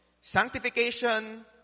Sanctification